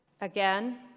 again